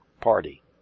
party